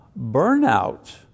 burnout